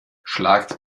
schlagt